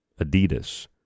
Adidas